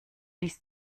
dies